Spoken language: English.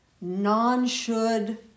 non-should